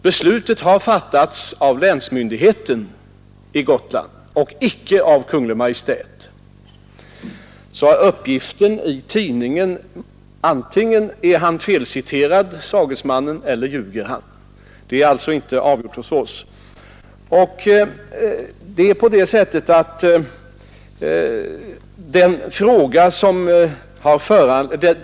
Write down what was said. Beslutet har fattats av länsmyndigheten på Gotland, inte av Kungl. Maj:t. Uppgiften i tidningen får antingen tolkas så att sagesmannen är felciterad eller att han ljuger. Ärendet är inte avgjort hos OSS.